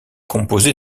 composé